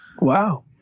Wow